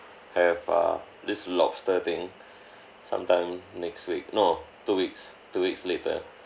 have err this lobster thing sometime next week no two weeks two weeks later